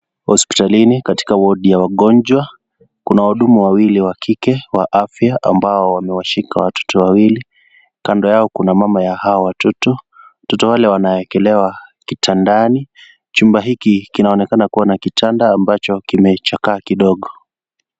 Hospitalini katika wadi ya wagonjwa kuna wahudumu wawili wa kike wa afya ambao wamewashika watoto wawili. Kando yao kuna mama wa hawa watoto. Watoto wale wanawekelewa kitandani. Chumba hiki kinaonekana kuwa na kitanda ambalo limechekaa kidogo.